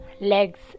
legs